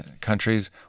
countries